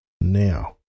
Now